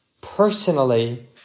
personally